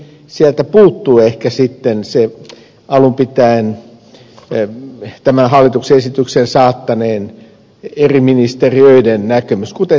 sieltä puuttuu ehkä sitten se alun pitäen hallituksen esityksen saattaneiden eri ministeriöiden näkemys kuten esimerkiksi ympäristöministeriön